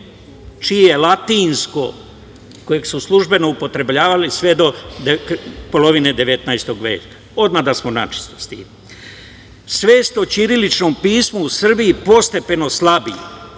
je latinsko, kojeg su službeno upotrebljavali sve do polovine 19. veka, odmah da smo načisto s tim. Svest o ćiriličnom pismu u Srbiji postepeno slabi,